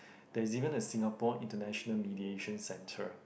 there's even a Singapore International Mediation Center